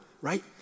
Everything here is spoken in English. right